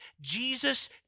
Jesus